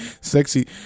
Sexy